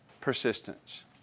persistence